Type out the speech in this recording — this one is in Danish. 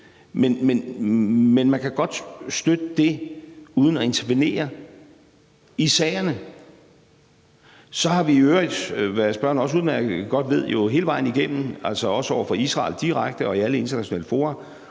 Men man kan godt støtte dét uden at intervenere i sagerne. Så har vi jo i øvrigt, hvad spørgeren også udmærket godt ved, hele vejen igennem – også over for Israel direkte og i alle internationale fora